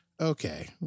Okay